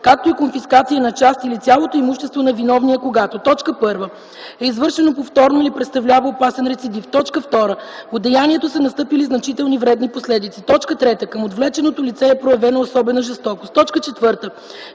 както и конфискация на част или цялото имущество на виновния, когато: 1. е извършено повторно или представлява опасен рецидив; 2. от деянието са настъпили значителни вредни последици; 3. към отвлеченото лице е проявена особена жестокост; 4.